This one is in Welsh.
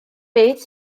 beth